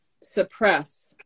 suppress